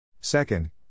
Second